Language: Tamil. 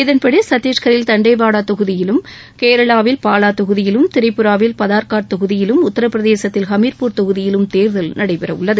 இதன்படி சத்திஷ்கரில் தாண்டேவடா தொகுதியிலும் கேரளாவில் பாலா தொகுதியிலும் திரிபுராவில் பதார்காட் தொகுதியிலும் உத்தரப்பிரதேசத்தில் ஹமியூர் தொகுதியிலும் தேர்தல் நடைபெற உள்ளது